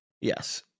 Yes